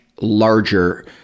larger